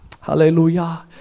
Hallelujah